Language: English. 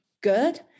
good